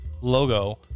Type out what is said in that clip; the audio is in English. logo